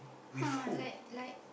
!huh! like like